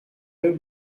have